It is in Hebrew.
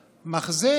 החלופית,